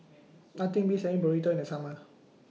Nothing Beats having Burrito in The Summer